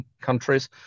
countries